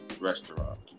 restaurant